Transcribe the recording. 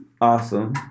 Awesome